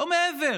לא מעבר.